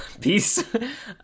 Peace